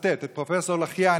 אצטט את פרופ' אלחיאני,